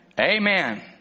Amen